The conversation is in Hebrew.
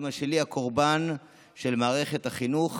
אימא שלי הקורבן של מערכת החינוך,